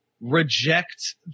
reject